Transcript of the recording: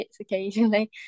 occasionally